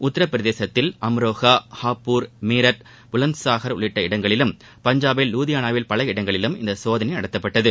உத்தரப்பிரதேசத்தில் அம்ரோஹா ஹாப்பூர் மீரட் புலந்சாகர் உள்ளிட்ட இடங்களிலும் பஞ்சாபில் லூதியானாவில் பல இடங்களிலும் இந்த சோதனை நடத்தப்பட்டது